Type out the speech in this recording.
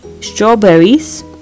strawberries